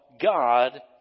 God